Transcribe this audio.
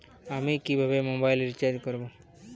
আমি কিভাবে mobile recharge করব?